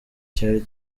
cyari